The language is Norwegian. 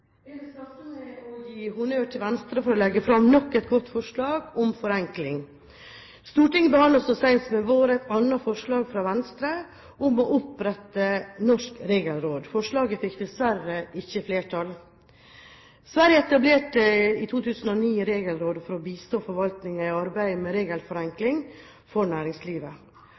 å gi honnør til Venstre for å legge fram nok et godt forslag om forenkling. Stortinget behandlet så sent som i vår et annet forslag fra Venstre om å opprette et norsk regelråd. Forslaget fikk dessverre ikke flertall. Sverige etablerte i 2009 Regelrådet for å bistå forvaltningen i arbeidet med regelforenkling for næringslivet.